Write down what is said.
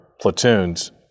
platoons